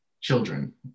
children